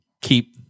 keep